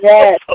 Yes